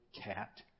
cat